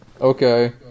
Okay